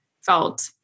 felt